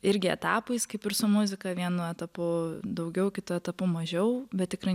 irgi etapais kaip ir su muzika vienu etapu daugiau kitu etapu mažiau bet tikrai